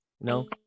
No